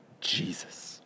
Jesus